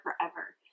forever